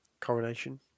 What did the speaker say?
coronation